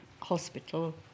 hospital